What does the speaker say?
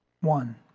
one